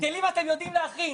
כלים אתם יודעים להכין,